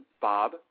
Bob